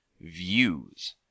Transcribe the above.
views